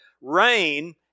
rain